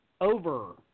over